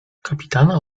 kapitana